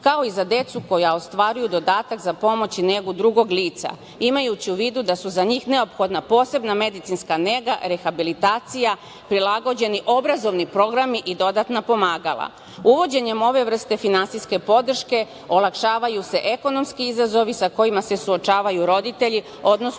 kao i za decu koja ostvaruju dodatak za pomoć i negu drugog lica, imajući u vidu da su za njih neophodna posebna medicinska nega, rehabilitacija, prilagođeni obrazovni programi i dodatna pomagala. Uvođenjem ove vrste finansijske podrške olakšavaju se ekonomski izazovi sa kojima se suočavaju roditelji, odnosno